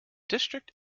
district